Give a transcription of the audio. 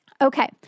Okay